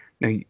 now